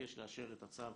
אבקש לאשר את הצו